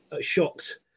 shocked